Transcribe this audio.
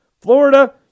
Florida